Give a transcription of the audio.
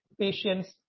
patients